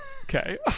Okay